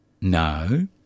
No